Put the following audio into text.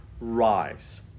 rise